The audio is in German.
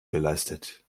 geleistet